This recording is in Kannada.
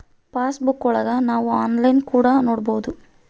ಪಾಸ್ ಬುಕ್ಕಾ ಒಳಗ ನಾವ್ ಆನ್ಲೈನ್ ಕೂಡ ನೊಡ್ಬೋದು